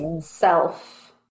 self